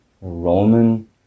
roman